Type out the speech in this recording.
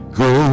go